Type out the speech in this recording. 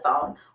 phone